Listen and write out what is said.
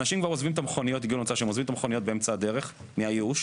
אנשים מגיעים למצב שהם עוזבים את המכוניות באמצע הדרך מהייאוש.